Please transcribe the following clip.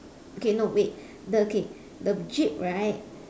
okay no wait the okay the jeep right